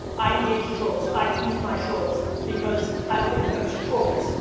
i engage trolls, i feed my trolls, because i don't think of them as trolls.